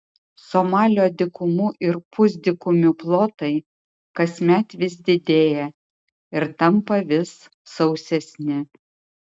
somalio dykumų ir pusdykumių plotai kasmet vis didėja ir tampa vis sausesni